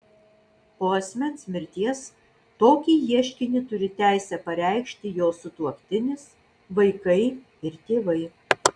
po asmens mirties tokį ieškinį turi teisę pareikšti jo sutuoktinis vaikai ir tėvai